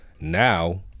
Now